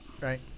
Right